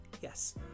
Yes